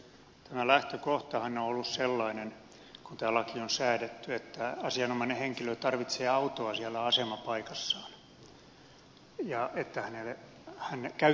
lähtökohtahan on ollut sellainen kun tämä laki on säädetty että asianomainen henkilö tarvitsee autoa siellä asemapaikassaan ja että hän käyttää sitä siellä